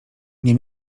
nie